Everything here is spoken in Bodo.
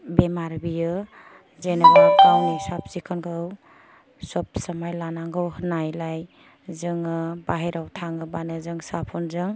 बेराम बियो जेन'बा गावनि सिखोनखौ सबसमाय लानांगौ होननाय लाय जोङो बायह्रायाव थाङोबानो साबोनजों